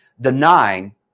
denying